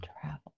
travel